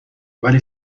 ولی